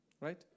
Right